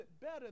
better